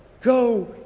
Go